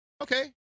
Okay